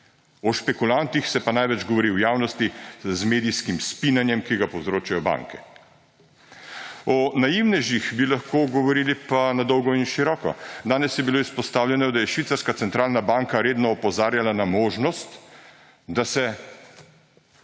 O špekulantih se pa največ govori v javnosti z medijskim spinanjem, ki ga povzročajo banke. O naivnežih bi lahko govorili pa na dolgo in široko. Danes je bilo izpostavljeno, da je švicarska centralna banka redno opozarjala na možnost, da se